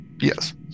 yes